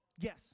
yes